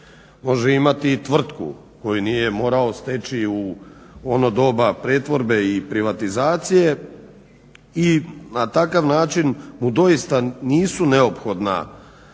može imati i tvrtku koju nije morao steći u ono doba pretvorbe i privatizacije i na takav način mu doista nisu neophodna